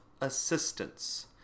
assistance